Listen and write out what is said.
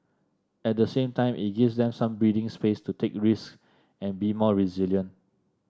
at the same time it gives them some breathing space to take risks and be more resilient